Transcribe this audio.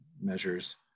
measures